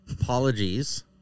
apologies